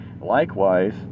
likewise